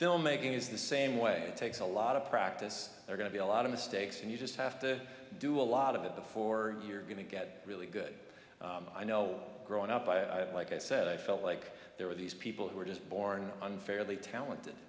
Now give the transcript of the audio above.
filmmaking is the same way it takes a lot of practice are going to be a lot of mistakes and you just have to do a lot of it before you're going to get really good i know growing up i like i said i felt like there were these people who were just born unfairly talented